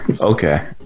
Okay